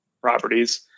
properties